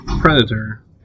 predator